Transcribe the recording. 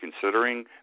considering